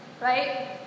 Right